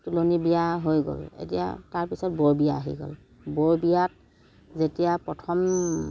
তুলনী বিয়া হৈ গ'ল এতিয়া তাৰ পিছত বৰবিয়া আহি গ'ল বৰবিয়াত যেতিয়া প্ৰথম